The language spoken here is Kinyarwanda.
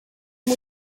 iyi